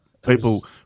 People